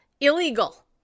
illegal